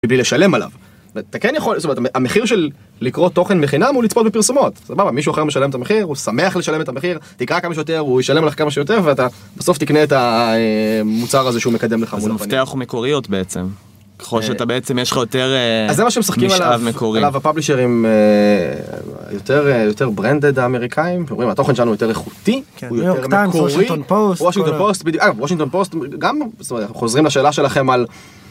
בלי לשלם עליו. אתה כן יכול, זאת אומרת, המחיר של לקרוא תוכן בחינם הוא לצפות בפרסומות. סבבה, מישהו אחר משלם את המחיר, הוא שמח לשלם את המחיר, תקרא כמה שיותר, הוא ישלם לך כמה שיותר, ואתה בסוף תקנה את המוצר הזה שהוא מקדם לך. זה מפתח מקוריות בעצם. ככל שאתה בעצם, יש לך יותר משלב מקורי. אז זה מה שהם שמשחקים עליו הפאבלישרים יותר ברנדד האמריקאים. אתם רואים, התוכן שלנו יותר איכותי, הוא יותר מקורי. Washington Post. אגב, Washington Post, גם חוזרים לשאלה שלכם על...